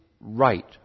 right